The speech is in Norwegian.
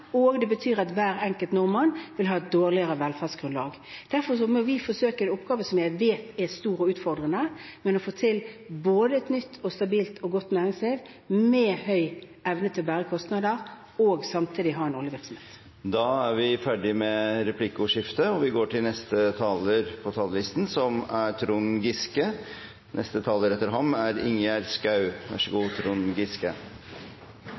det betyr at hver enkelt nordmann vil ha et dårligere velferdsgrunnlag. Derfor må vi forsøke å få til en oppgave som jeg vet er stor og utfordrende: få et nytt og stabilt og godt næringsliv med høy evne til å bære kostnader, og samtidig ha oljevirksomhet. Replikkordskiftet er omme. Valget ga oss et borgerlig flertall og med det en borgerlig regjering. Men hvis det er noe som er påtakelig i denne trontaledebatten, er